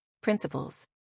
Principles